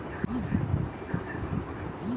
অনলাইনে কি নতুন পিন জেনারেট করা যায়?